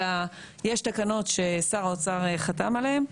אלא יש תקנות ששר האוצר חתם עליהם,